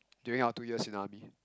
during our two years in army